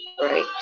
right